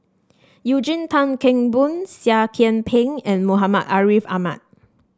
Eugene Tan Kheng Boon Seah Kian Peng and Muhammad Ariff Ahmad